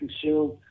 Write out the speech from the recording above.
consume